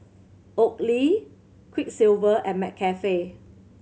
Oakley Quiksilver and McCafe